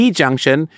junction